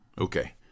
Okay